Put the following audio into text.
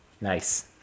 Nice